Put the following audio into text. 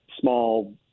small